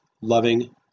loving